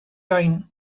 gain